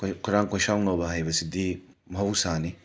ꯑꯩꯈꯣꯏ ꯈꯣꯏꯔꯥꯡ ꯈꯣꯏꯁꯥꯎꯅꯕ ꯍꯥꯏꯕꯁꯤꯗꯤ ꯃꯍꯧꯁꯥꯅꯤ